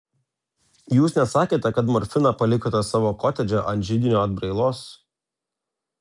jūs nesakėte kad morfiną palikote savo kotedže ant židinio atbrailos